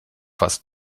fast